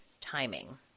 timing